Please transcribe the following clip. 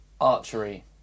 archery